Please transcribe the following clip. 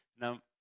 Now